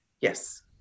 Yes